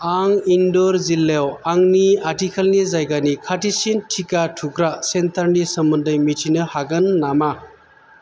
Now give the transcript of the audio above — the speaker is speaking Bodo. आं इन्द'र जिल्लायाव आंनि आथिखालनि जायगानि खाथिसिन टिका थुग्रा सेन्टारनि सोमोन्दै मिथिनो हागोन नामा